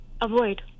Avoid